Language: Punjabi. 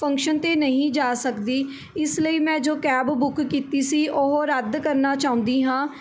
ਫੰਕਸ਼ਨ 'ਤੇ ਨਹੀਂ ਜਾ ਸਕਦੀ ਇਸ ਲਈ ਮੈਂ ਜੋ ਕੈਬ ਬੁੱਕ ਕੀਤੀ ਸੀ ਉਹ ਰੱਦ ਕਰਨਾ ਚਾਹੁੰਦੀ ਹਾਂ